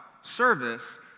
service